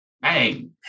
Bang